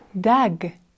dag